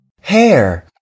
Hair